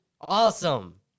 Awesome